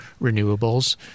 renewables